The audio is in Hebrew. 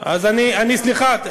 אני, על זה באופן מיוחד.